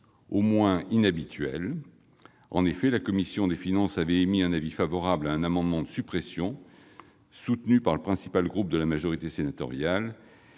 du moins inhabituelle. En effet, la commission de finances avait émis un avis favorable sur un amendement de suppression soutenu par le principal groupe de la majorité sénatoriale,